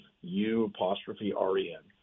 U-apostrophe-R-E-N